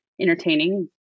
entertaining